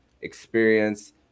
experience